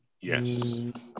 Yes